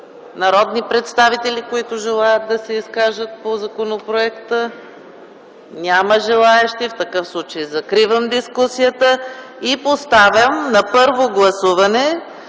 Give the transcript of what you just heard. народни представители, които желаят да се изкажат по законопроекта? Няма желаещи. В такъв случай закривам дискусията. Поставям на първо гласуване